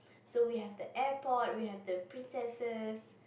so we have the airport we have the princesses